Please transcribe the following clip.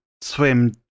swim